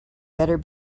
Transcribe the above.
better